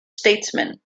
statesman